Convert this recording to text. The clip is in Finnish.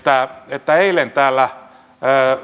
että eilen täällä